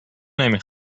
نمی